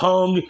Hung